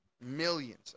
millions